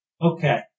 Okay